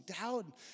doubt